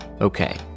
Okay